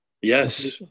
Yes